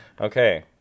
Okay